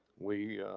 we